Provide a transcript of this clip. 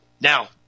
Now